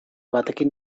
batekin